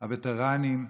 הווטרנים,